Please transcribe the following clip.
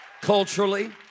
culturally